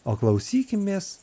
o klausykimės